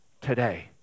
today